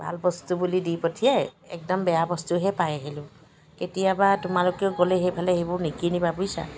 ভাল বস্তু বুলি দি পঠিয়ায় একদম বেয়া বস্তুহে পাই আহিলোঁ কেতিয়াবা তোমালোকেও গ'লে সেইফালে সেইবোৰ নিকিনিবা বুইছা